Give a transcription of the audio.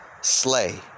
slay